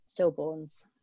stillborns